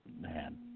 Man